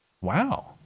Wow